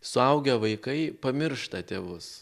suaugę vaikai pamiršta tėvus